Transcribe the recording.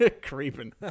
Creeping